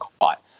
caught